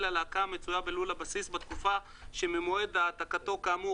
הלהקה המצויה בלול הבסיס בתקופה שממועד העתקתו כאמור